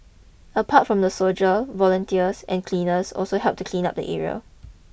apart from the soldier volunteers and cleaners also helped to clean up the area